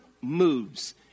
moves